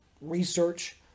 research